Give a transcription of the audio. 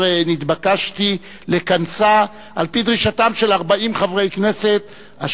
נתבקשתי לכנסה על-פי דרישתם של 40 חברי כנסת,